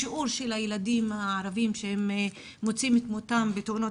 השיעור של הילדים הערבים שמוצאים את מותם בתאונות